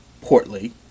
portly